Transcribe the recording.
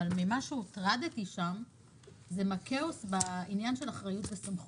אבל הוטרדתי שם מהכאוס בעניין של אחריות וסמכות.